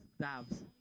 Dabs